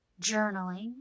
journaling